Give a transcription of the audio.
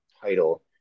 title